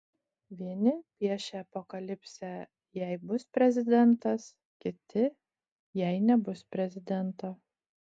vieni piešia apokalipsę jei bus prezidentas kiti jei nebus prezidento